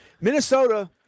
Minnesota